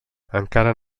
encara